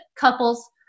couples